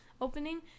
opening